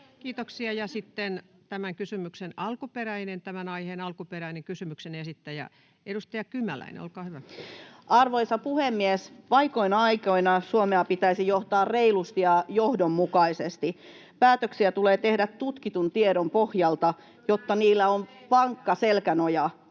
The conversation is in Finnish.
Kiitoksia. — Ja sitten tämän aiheen alkuperäinen kysymyksen esittäjä, edustaja Kymäläinen, olkaa hyvä. Arvoisa puhemies! Vaikeina aikoina Suomea pitäisi johtaa reilusti ja johdonmukaisesti. Päätöksiä tulee tehdä tutkitun tiedon pohjalta, jotta niillä on vankka selkänoja.